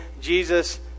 Jesus